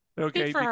Okay